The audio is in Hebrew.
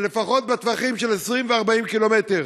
לפחות בטווחים של 20 ו-40 קילומטר.